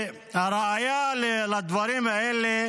הראיה לדברים האלה